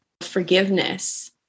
forgiveness